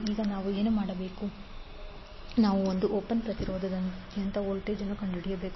ಈಗ ನಾವು ಏನು ಮಾಡಬೇಕು ನಾವು 1 ಓಮ್ ಪ್ರತಿರೋಧದಾದ್ಯಂತ ವೋಲ್ಟೇಜ್ ಅನ್ನು ಕಂಡುಹಿಡಿಯಬೇಕು